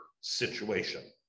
situation